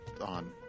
on